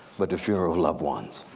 but the funeral of loved ones.